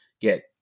get